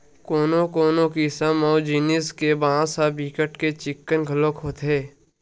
कोनो कोनो किसम अऊ जिनिस के बांस ह बिकट के चिक्कन घलोक होथे